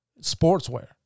Sportswear